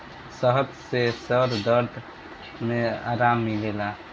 शहद से सर दर्द में आराम मिलेला